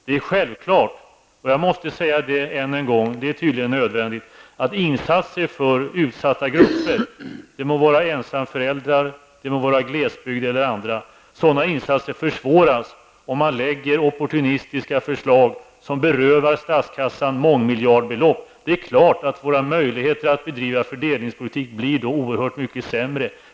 Det är självklart, och det är tydligen nödvändigt att säga det än en gång, att insatser för utsatta grupper, det må vara ensamföräldrar, glesbygdsbor eller andra, försvåras om man lägger fram opportunistiska förslag som berövar statskassan mångmiljardbelopp. Det är klart att våra möjligheter att bedriva fördelningspolitik då blir oerhört mycket sämre.